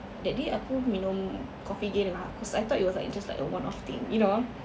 that day aku minum coffee day lah because I thought it was just like a one off thing you know